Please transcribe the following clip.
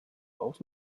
aus